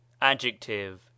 adjective